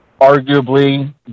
arguably